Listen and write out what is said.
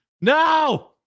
No